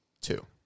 two